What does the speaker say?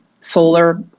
Solar